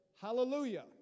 Hallelujah